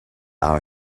our